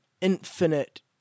infinite